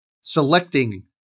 selecting